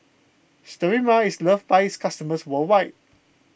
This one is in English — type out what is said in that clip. Sterimar is loved by its customers worldwide